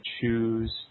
choose